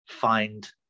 find